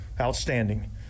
outstanding